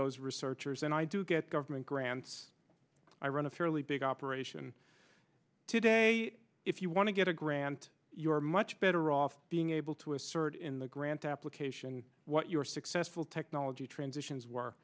those researchers and i do get government grants i run a fairly big operation today if you want to get a grant you're much better off being able to assert in the grant application what you're successful technology transitions w